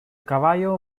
caballo